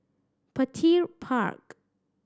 Petir Park